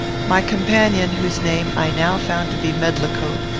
my companion, whose name i now found to be medlicote,